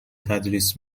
تدریس